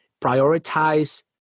prioritize